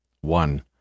One